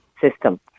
system